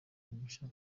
mushya